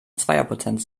zweierpotenz